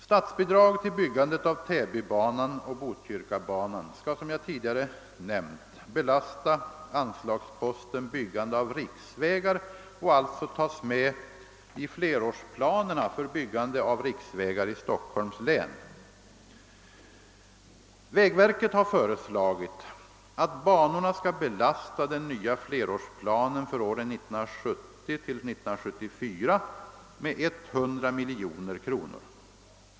Statsbidrag till byggandet av Täbybanan och Botkyrkabanan skall som jag tidigare nämnt belasta anslagsposten byggande av riksvägar och alltså tas med i flerårsplanerna för byggande av riksvägar i Stockholms län. Vägverket har föreslagit att banorna skall belasta den nya flerårsplanen för åren 1970— 1974 med 100 miljoner kronor.